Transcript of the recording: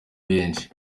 benshi